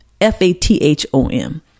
F-A-T-H-O-M